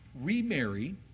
Remarry